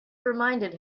reminded